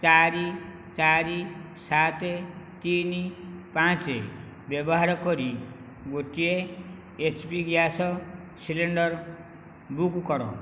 ଚାରି ଚାରି ସାତ ତିନି ପାଞ୍ଚ ବ୍ୟବହାର କରି ଗୋଟିଏ H P gas cylinder book କର